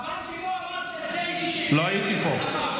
חבל שלא אמרת את זה, לא הייתי פה.